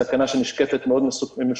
הסכנה שנשקפת היא מאוד משמעותית.